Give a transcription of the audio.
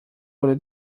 wurde